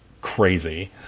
crazy